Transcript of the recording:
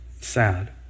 Sad